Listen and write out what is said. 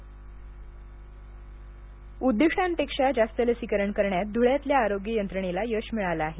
धळे लसीकरण उद्दिष्टांपेक्षा जास्त लसीकरण करण्यात धूळ्यातल्या आरोग्य यंत्रणेला यश मिळाले आहे